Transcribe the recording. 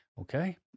Okay